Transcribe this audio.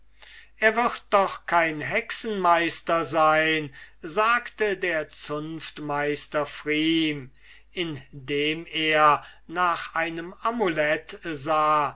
er wird doch kein hexenmeister sein sagte der zunftmeister pfrieme indem er nach einem amulet sah